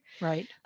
Right